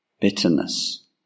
bitterness